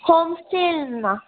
home സ്റ്റേയിൽ നിന്നാ